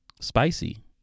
spicy